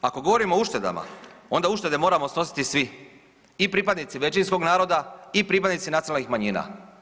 Ako govorimo o uštedama onda uštede moramo snositi svi i pripadnici većinskog naroda i pripadnici nacionalnih manjina.